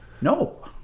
No